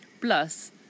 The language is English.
Plus